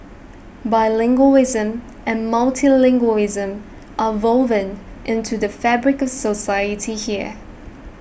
bilingualism and multilingualism are woven into the fabric of society here